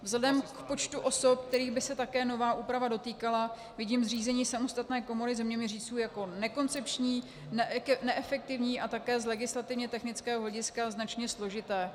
Vzhledem k počtu osob, kterých by se také nová úprava dotýkala, vidím zřízení samostatné komory zeměměřičů jako nekoncepční, neefektivní a také z legislativně technického hlediska značně složité.